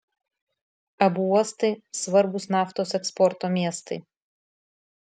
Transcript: abu uostai svarbūs naftos eksporto miestai